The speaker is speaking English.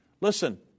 Listen